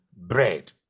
bread